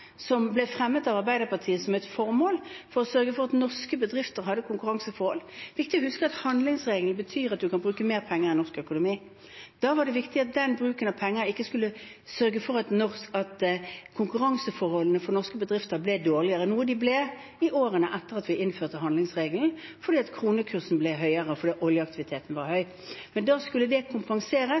som ble fremmet av Arbeiderpartiet som et formål, for å sørge for at norske bedrifter hadde konkurranseforhold. Det er viktig å huske at handlingsregelen betyr at man kan bruke mer penger i norsk økonomi. Da var det viktig at den bruken av penger ikke skulle sørge for at konkurranseforholdene for norske bedrifter ble dårligere, noe de ble i årene etter at vi innførte handlingsregelen, fordi kronekursen ble høyere fordi oljeaktiviteten var høy. Men da skulle det kompenseres